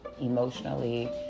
emotionally